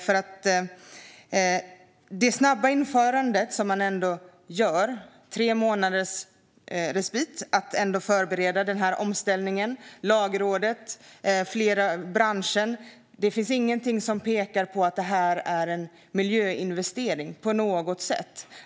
Det handlar om ett snabbt genomförande med tre månaders respit för att genomföra denna omställning. Enligt Lagrådet och branschen pekar inget på att detta är en miljöinvestering.